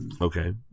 Okay